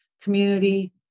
community